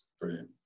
Brilliant